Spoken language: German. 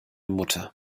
mutter